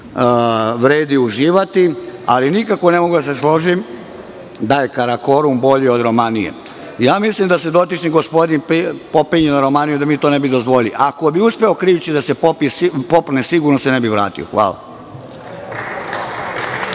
vredi uživati. Ali, nikako ne mogu da se složim da je Karakorum bolji od Romanije. Mislim, da se dotični gospodin popenje na Romaniju, da mi to ne bi dozvolili. Ako bi uspeo krijući da se popne, sigurno se ne bi vratio. Hvala.